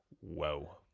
Whoa